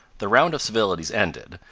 the round of civilities ended,